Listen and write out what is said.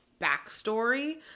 backstory